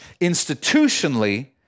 institutionally